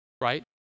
right